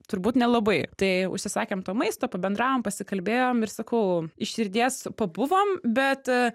turbūt nelabai tai užsisakėm to maisto pabendravom pasikalbėjom ir sakau iš širdies pabuvom bet